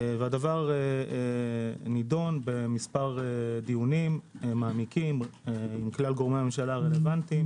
הדבר נדון במספר דיונים מעמיקים עם כלל גורמי הממשלה הרלוונטיים.